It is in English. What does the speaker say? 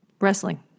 Wrestling